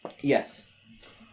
Yes